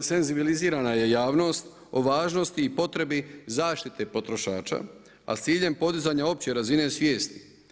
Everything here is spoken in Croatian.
senzibilizirana je javnost o važnosti i potrebi zaštite potrošača a sa ciljem podizanja opće razine svijesti.